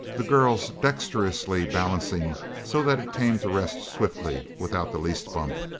the girls dexterously balancing so that it came to rest swiftly, without the least bump.